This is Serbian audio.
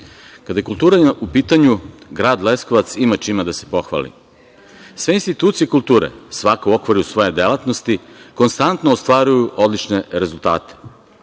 kada je kultura u pitanju, grad Leskovac ima čime da se pohvali. Sve institucije kulture, svaka u okviru svoje delatnosti, konstantno ostvaruju odlične rezultate. Prema